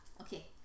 Okay